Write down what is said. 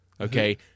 Okay